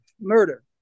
murder